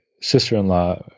sister-in-law